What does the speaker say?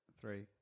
Three